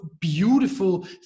beautiful